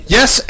Yes